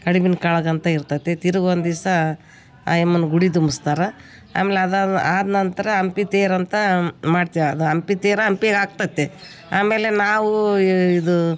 ಕಡುಬಿನ್ ಕಾಳಗ ಅಂತ ಇರ್ತದೆ ತಿರುಗ ಒಂದು ದಿವ್ಸಾ ಆಯಮ್ಮನ ಗುಡಿ ತುಂಬುಸ್ತಾರೆ ಆಮೇಲೆ ಅದಾದ ಆದ ನಂತರ ಹಂಪಿ ತೇರಂತ ಮಾಡ್ತ ಅದು ಹಂಪಿ ತೇರು ಹಂಪಿಗ್ ಆಗ್ತದೆ ಆಮೇಲೆ ನಾವೂ ಇದು